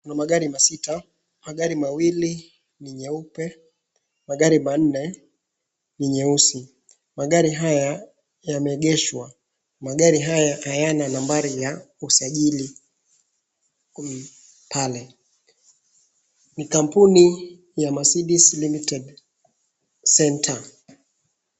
Kuna magari masita, magari mawili ni nyeupe magari manne ni nyeusi. Magari haya yameegeshwa. Magari haya hayana nambari ya usajilii hii pale. Ni kampuni Mercedes Limited Center.